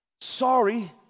Sorry